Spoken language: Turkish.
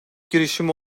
girişimi